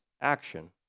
action